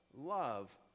love